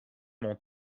mon